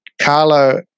Carlo